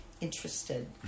interested